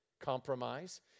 compromise